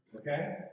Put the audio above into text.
Okay